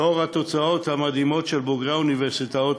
לאור התוצאות המדהימות של בוגרי האוניברסיטאות,